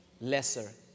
Lesser